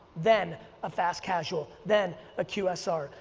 then a fast casual, then a qsr,